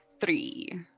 three